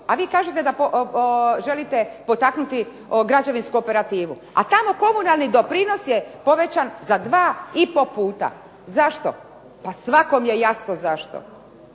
a vi kažete da želite potaknuti građevinsku operativu. A tamo komunalni doprinos je povećan za 2,5 puta. Zašto? Pa svakom je jasno zašto.